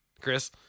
Chris